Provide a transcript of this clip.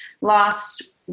last